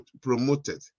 promoted